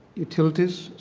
utilities.